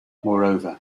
moreover